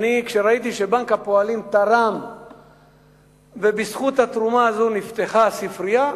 כשראיתי שבנק הפועלים תרם ובזכות התרומה הזאת נפתחה הספרייה,